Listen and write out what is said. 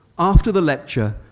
after the lecture,